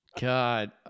God